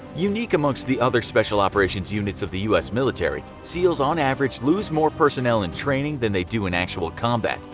unique amongst the other special operations units of the us military, seals on average lose more personnel in training than they do in actual combat,